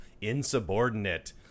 insubordinate